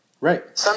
Right